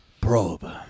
probe